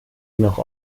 noch